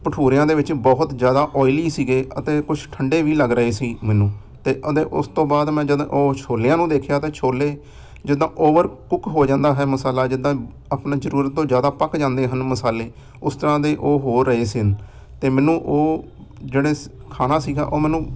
ਭਟੂਰਿਆਂ ਦੇ ਵਿੱਚ ਬਹੁਤ ਜ਼ਿਆਦਾ ਓਇਲੀ ਸੀਗੇ ਅਤੇ ਕੁਛ ਠੰਡੇ ਵੀ ਲੱਗ ਰਹੇ ਸੀ ਮੈਨੂੰ ਅਤੇ ਓਦੇ ਉਸ ਤੋਂ ਬਾਅਦ ਮੈਂ ਜਦੋਂ ਉਹ ਛੋਲਿਆਂ ਨੂੰ ਦੇਖਿਆ ਤਾਂ ਛੋਲੇ ਜਿੱਦਾਂ ਓਵਰ ਕੁਕ ਹੋ ਜਾਂਦਾ ਹੈ ਮਸਾਲਾ ਜਿੱਦਾਂ ਆਪਣਾ ਜ਼ਰੂਰਤ ਤੋਂ ਜ਼ਿਆਦਾ ਪੱਕ ਜਾਂਦੇ ਹਨ ਮਸਾਲੇ ਉਸ ਤਰ੍ਹਾਂ ਦੇ ਉਹ ਹੋ ਰਹੇ ਸਨ ਅਤੇ ਮੈਨੂੰ ਉਹ ਜਿਹੜੇ ਖਾਣਾ ਸੀਗਾ ਉਹ ਮੈਨੂੰ